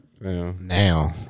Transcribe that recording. Now